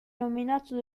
nominato